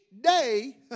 day